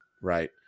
right